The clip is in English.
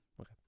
Okay